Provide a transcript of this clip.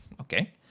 Okay